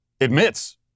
admits